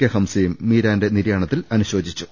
K ഹംസയും മീരാന്റെ നിര്യാണത്തിൽ അനുശോചിച്ചു